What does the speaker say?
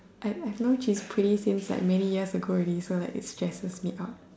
I don't know like she's pretty since many years ago so it stresses me